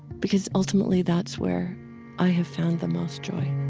because ultimately that's where i have found the most joy